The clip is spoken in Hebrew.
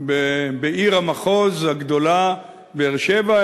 בעיר המחוז הגדולה באר-שבע,